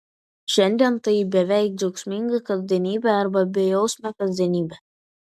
šiandien tai beveik džiaugsminga kasdienybė arba bejausmė kasdienybė